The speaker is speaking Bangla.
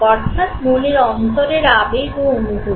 অর্থাৎ মনের অন্তরের আবেগ ও অনুভূতি